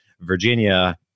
Virginia